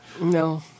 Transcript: No